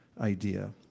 idea